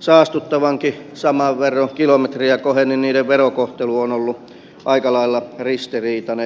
saastuttavankin saman verran kilometriä kohden niin niiden verokohtelu on ollut aika lailla ristiriitainen